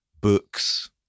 books